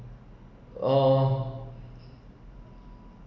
uh